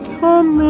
come